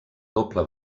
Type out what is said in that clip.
doble